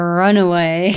runaway